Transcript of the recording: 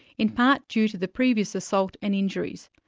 in part due to the previous assault and injuries.